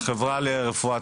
חברה לרפואת